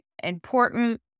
Important